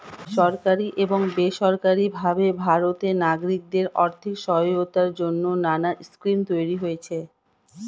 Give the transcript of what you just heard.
সরকারি এবং বেসরকারি ভাবে ভারতের নাগরিকদের আর্থিক সহায়তার জন্যে নানা স্কিম তৈরি হয়েছে